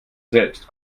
selbst